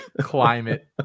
climate